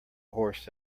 horse